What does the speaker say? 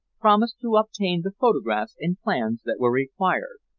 promised to obtain the photographs and plans that were required.